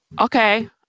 okay